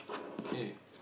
okay